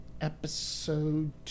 episode